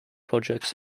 projects